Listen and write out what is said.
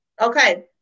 okay